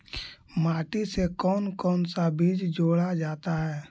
माटी से कौन कौन सा बीज जोड़ा जाता है?